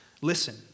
listen